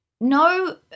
No